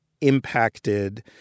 impacted